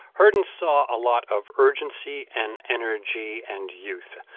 heard and saw a lot of urgency and energy and youth.